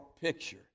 picture